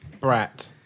Brat